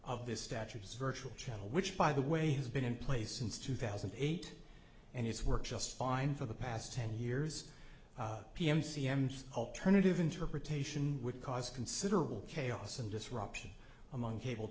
of this statute says virtual channel which by the way has been in place since two thousand and eight and has worked just fine for the past ten years pm c m's alternative interpretation would cause considerable chaos and disruption among cable